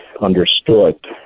understood